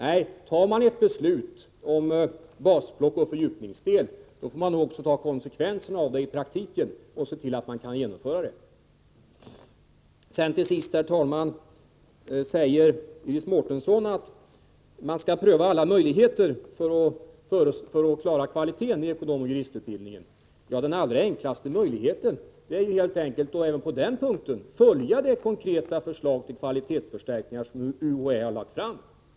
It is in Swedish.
Fattar man ett beslut om basblock och fördjupningsdel får man också ta konsekvenserna av det i praktiken och se till att det kan genomföras. Till sist, herr talman, säger Iris Mårtensson att man skall pröva alla möjligheter för att klara kvaliteten i ekonomoch juristutbildningen. Den allra enklaste möjligheten även på denna punkt är att följa det konkreta förslag till kvalitetsförstärkningar som UHÄ har lagt fram.